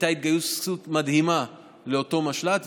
הייתה התגייסות מדהימה לאותו משל"ט.